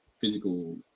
physical